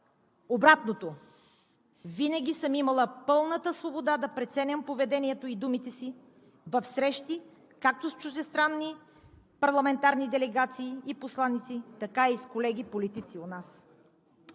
Обратното – винаги съм имала пълната свобода да преценявам поведението и думите си в срещи както с чуждестранни парламентарни делегации и посланици, така и с колеги политици у нас.